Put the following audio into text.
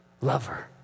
lover